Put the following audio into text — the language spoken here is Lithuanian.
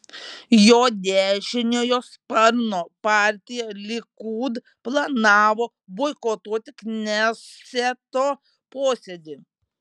jo dešiniojo sparno partija likud planavo boikotuoti kneseto posėdį